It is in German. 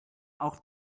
auch